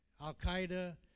Al-Qaeda